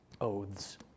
Oaths